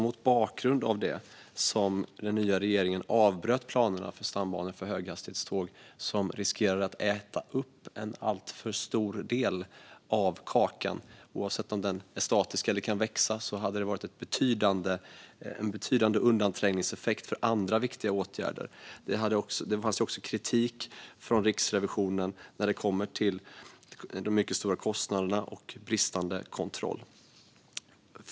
Mot bakgrund av just detta avbröt regeringen planerna på stambanor för höghastighetståg eftersom de riskerar att äta upp en alltför stor del av kakan. Oavsett om den är statisk eller kan växa hade det varit en betydande undanträngningseffekt för andra viktiga åtgärder. Det fanns också kritik från Riksrevisionen när det kommer till de mycket stora kostnaderna och bristande kontroll.